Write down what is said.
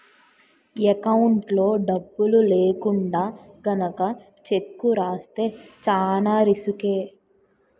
ఎకౌంట్లో డబ్బులు లేకుండా గనక చెక్కు రాస్తే చానా రిసుకే